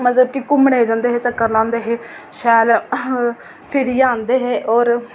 मतलब कि घुम्मनै गी जंदे हे चक्कर लांदे हे शैल फिरियै आंदे हे होर